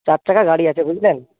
চার চাকা গাড়ি আছে বুঝলেন